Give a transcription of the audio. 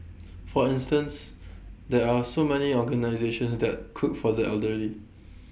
for instance there are so many organisations that cook for the elderly